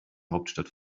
hauptstadt